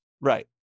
Right